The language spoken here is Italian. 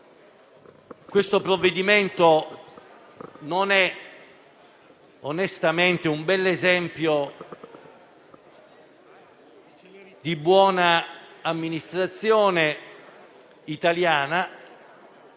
questo provvedimento non è, onestamente, un bell'esempio di buona amministrazione italiana,